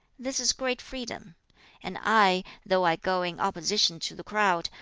this is great freedom and i, though i go in opposition to the crowd,